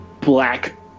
black